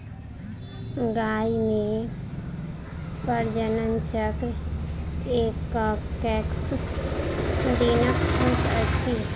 गाय मे प्रजनन चक्र एक्कैस दिनक होइत अछि